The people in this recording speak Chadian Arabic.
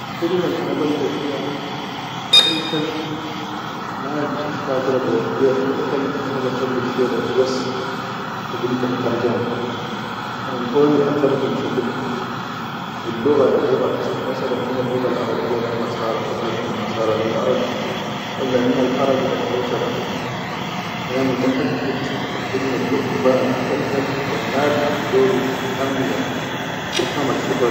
Al khidime al ana balga fiya kal-kal mafi shakka ba waddiya kal-kal wa ma batallif fiya hibas khidimtal tarjumu kan an doni a tarji shuqul min lugga le lugga masalan le luggal arabiya lel nasara walla min nasara lel arabi, walla minnal arabi lel hausa da, ana muttaʼaqid al khidime ba gum be ha kal-kal wan nadum al bidoru ifhamni da, ifhamal shu.